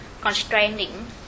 constraining